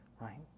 right